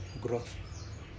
growth